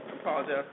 apologize